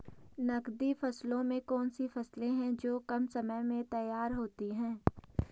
नकदी फसलों में कौन सी फसलें है जो कम समय में तैयार होती हैं?